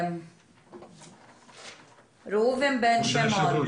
כבוד היושבת-ראש,